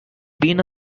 been